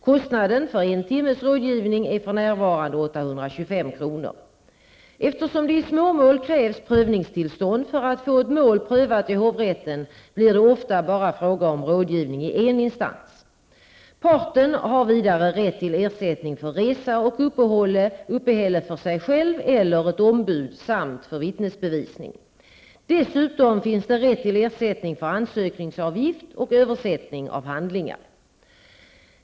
Kostnaden för en timmes rådgivning är för närvarande 825 kr. Eftersom det i småmål krävs prövningstillstånd för att få ett mål prövat i hovrätten blir det ofta bara fråga om rådgivning i en instans. Parten har vidare rätt till ersättning för resa och uppehälle för sig själv eller ett ombud samt för vittnesbevisning. Dessutom finns det rätt till ersättning för ansökningsavgift och översättning av handlingar.